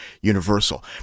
Universal